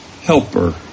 helper